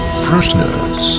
freshness